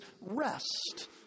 rest